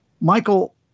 Michael